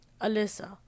Alyssa